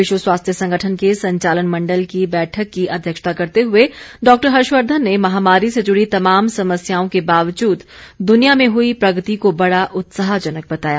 विश्व स्वास्थ्य संगठन के संचालन मंडल की बैठक की अध्यक्षता करते हुए डॉक्टर हर्षवर्धन ने महामारी से जुड़ी तमाम समस्याओं के बावजूद दुनिया में हुई प्रगति को बड़ा उत्साहजनक बताया